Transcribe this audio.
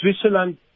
Switzerland